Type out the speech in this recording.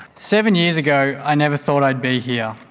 seven years ago i never thought i'd be here.